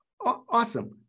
Awesome